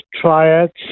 triads